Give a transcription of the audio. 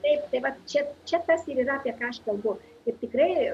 taip tai vat čia čia vat tas ir yra apie ką aš kalbu ir tikrai